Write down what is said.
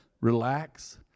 relax